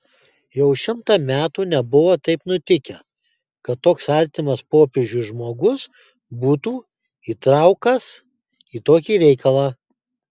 jau šimtą metų nebuvo taip nutikę kad toks artimas popiežiui žmogus būtų įtraukas į tokį reikalą